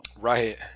Right